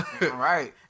right